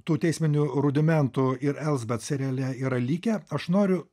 tų teisminių rudimentų ir elzbet seriale yra likę aš noriu